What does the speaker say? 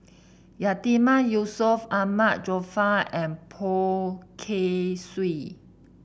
Yatiman Yusof Ahmad Jaafar and Poh Kay Swee